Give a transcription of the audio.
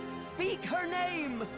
speak her name!